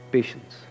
Patience